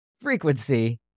frequency